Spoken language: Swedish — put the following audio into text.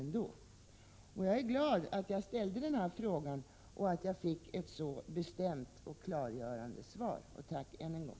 Jag är alltså glad att jag ställde frågan och att jag fick ett så bestämt och klargörande svar. Jag tackar ännu en gång.